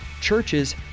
churches